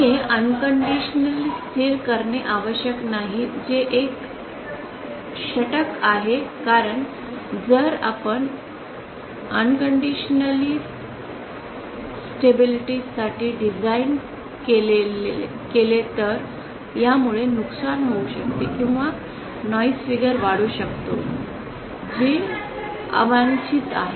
हे बिनशर्त स्थिर करणे आवश्यक नाही जे एक षटक आहे कारण जर आपण बिनशर्त स्थैर्यासाठी डिझाइन केले तर यामुळे नुकसान होऊ शकते किंवा नॉइस फिगर वाढू शकते जी अवांछित आहे